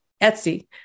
Etsy